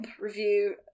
review